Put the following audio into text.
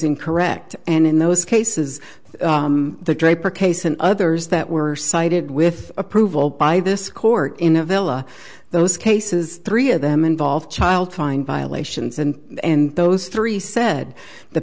incorrect and in those cases the draper case and others that were cited with approval by this court in avila those cases three of them involve child find violations and and those three said the